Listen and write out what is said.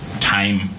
time